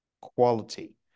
quality